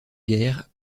guerre